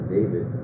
David